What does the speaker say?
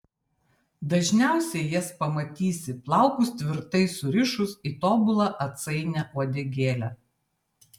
dažniausiai jas pamatysi plaukus tvirtai surišus į tobulą atsainią uodegėlę